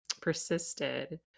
persisted